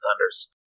Thunders